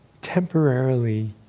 temporarily